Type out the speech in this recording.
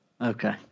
Okay